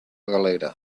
galera